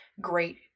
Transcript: great